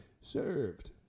served